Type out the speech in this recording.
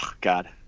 God